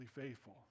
faithful